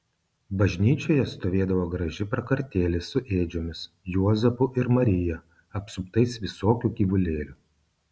bažnyčioje stovėdavo graži prakartėlė su ėdžiomis juozapu ir marija apsuptais visokių gyvulėlių